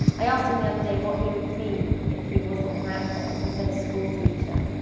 i asked him the other day what he would be if he wasn't an actor, and he said a schoolteacher,